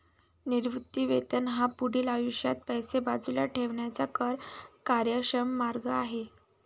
निवृत्ती वेतन हा पुढील आयुष्यात पैसे बाजूला ठेवण्याचा कर कार्यक्षम मार्ग आहे